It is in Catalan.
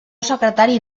secretari